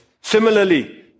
Similarly